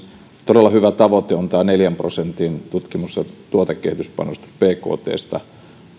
todella hyvä tavoite on tämä neljän prosentin tutkimus ja tuotekehityspanostus bktstä siinähän